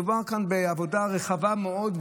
מדובר כאן בעבודה רחבה מאוד,